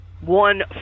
one